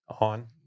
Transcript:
On